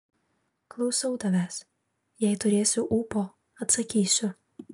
klausau tavęs jei turėsiu ūpo atsakysiu